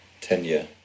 Tenure